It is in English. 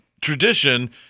tradition